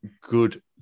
good